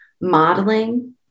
modeling